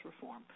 reform